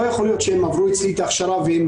לא יכלה לקלוט אותם במוסדות ההשכלה הגבוהה בארץ.